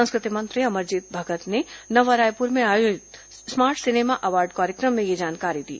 संस्कृति मंत्री अमरजीत भगत ने नवा रायपुर में आयोजित स्मार्ट सिनेमा अवॉर्ड कार्यक्रम में यह जानकारी दी